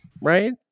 Right